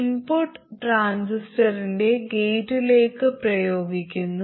input ട്രാൻസിസ്റ്ററിന്റെ ഗേറ്റിലേക്ക് പ്രയോഗിക്കുന്നു